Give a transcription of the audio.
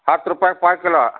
ಹತ್ತು ರೂಪಾಯ್ಗೆ ಪಾವು ಕಿಲೋ